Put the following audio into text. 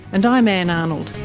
and i'm ann arnold